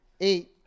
eight